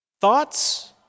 thoughts